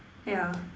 ya